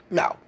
no